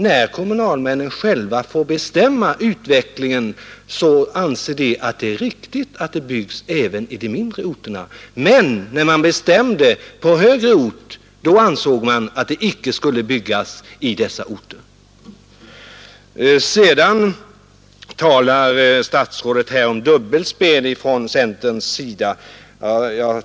När kommunalmännen nu själva får bestämma utvecklingen så anser de att det är riktigt att det byggs även i de mindre orterna, men när man bestämde på högre ort, ansåg man att det icke skulle byggas i mindre orter. Sedan talar statsrådet om dubbelspel från centerns sida.